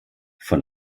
von